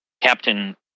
captain